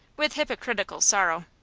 with hypocritical sorrow.